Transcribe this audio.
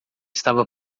estava